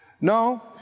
No